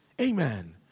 Amen